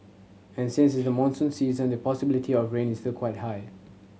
and since it's the monsoon season the possibility of rain is the quite high